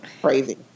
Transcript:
Crazy